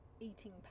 eating